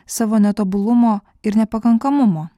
savo netobulumo ir nepakankamumo